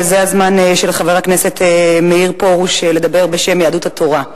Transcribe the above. וזה הזמן של חבר הכנסת מאיר פרוש לדבר בשם יהדות התורה.